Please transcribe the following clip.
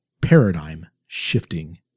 paradigm-shifting